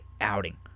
outing